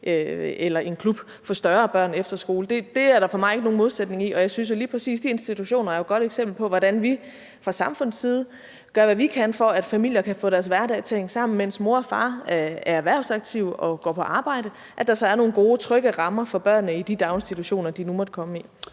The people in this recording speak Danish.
i en klub for større børn eller går på efterskole. Det er der for mig ikke nogen modsætning i. Og jeg synes jo lige præcis, at de institutioner er gode eksempler på, hvordan vi fra samfundets side gør, hvad vi kan, for at familier kan få deres hverdag til at hænge sammen, altså at der, mens mor og far er erhvervsaktive og går på arbejde, er nogle gode, trygge rammer for børnene i de daginstitutioner, de nu måtte komme i.